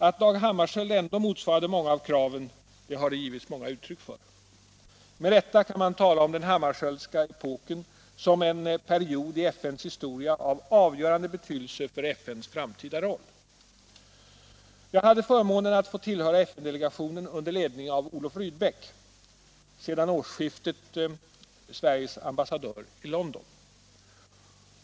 Att Dag Hammarskjöld ändå motsvarade åtskilliga av kraven har det givits många uttryck för. Med rätta kan man tala om den Hammarskjöldska epoken som en period i FN:s historia av avgörande betydelse för FN:s framtida roll. Jag hade förmånen att få tillhöra FN-delegationen under ledning av Olof Rydbeck — sedan årsskiftet Sveriges ambassadör i London.